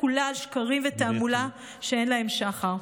כולה על שקרים ותעמולה שאין להם שחר.